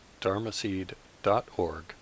dharmaseed.org